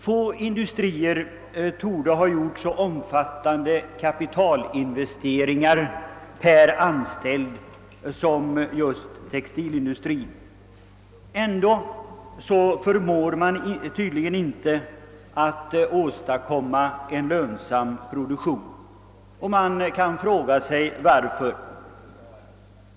Få industrier torde ha gjort så omfattande kapitalinvesteringar per anställd som. just textilindustrin. Ändå förmår den tydligen inte åstadkomma en lönsam produktion. Varför är det på det sättet?